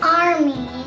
army